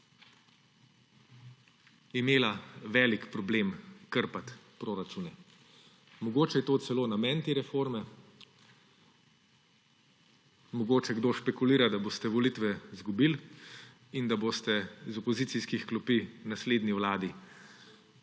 imela velik problem krpati proračune. Mogoče je to celo namen te reforme. Mogoče kdo špekulira, da boste volitve izgubili in da boste iz opozicijskih klopi naslednjo vlado